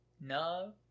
No